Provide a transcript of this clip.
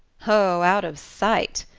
oh, out of sight!